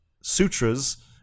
sutras